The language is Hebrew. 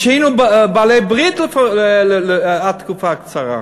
והיינו בעלי ברית עד לפני תקופה קצרה.